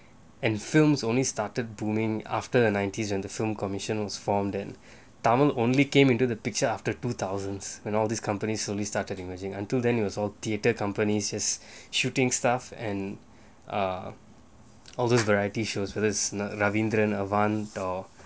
and films only started booming after the nineties when the film commission was formed in tamil only came into the picture after two thousands when all these companies slowly started emerging until then it was all theatre companies just shooting stuff and uh all those variety shows whether its ravindran or